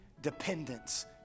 dependence